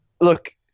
look